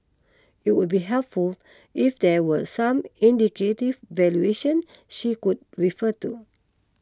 it would be helpful if there were some indicative valuation she could refer to